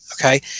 Okay